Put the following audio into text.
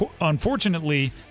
Unfortunately